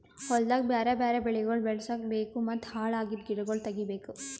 ಹೊಲ್ದಾಗ್ ಬ್ಯಾರೆ ಬ್ಯಾರೆ ಬೆಳಿಗೊಳ್ ಬೆಳುಸ್ ಬೇಕೂ ಮತ್ತ ಹಾಳ್ ಅಗಿದ್ ಗಿಡಗೊಳ್ ತೆಗಿಬೇಕು